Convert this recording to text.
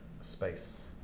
space